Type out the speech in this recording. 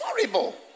horrible